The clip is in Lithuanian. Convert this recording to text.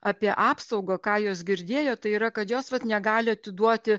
apie apsaugą ką jos girdėjo tai yra kad jos vat negali atiduoti